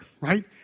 right